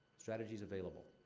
strategies available.